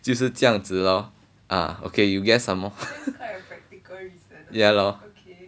就是这样子 lor ah okay you guess some more ya lor